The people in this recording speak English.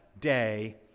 day